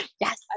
yes